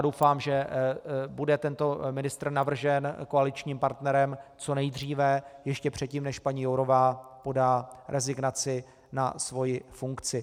Doufám, že bude tento ministr navržen koaličním partnerem co nejdříve, ještě předtím, než paní Jourová podá rezignaci na svoji funkci.